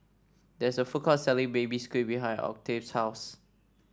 there is a food court selling Baby Squid behind Octave's house